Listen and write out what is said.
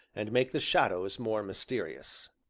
and make the shadows more mysterious.